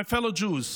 My fellow Jews,